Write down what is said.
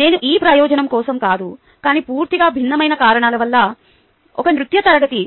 నేను ఈ ప్రయోజనం కోసం కాదు కానీ పూర్తిగా భిన్నమైన కారణాల వల్ల ఒక నృత్య తరగతి